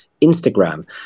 instagram